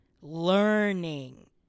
learning